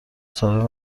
صاحب